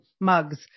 mugs